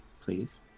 Please